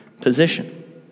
position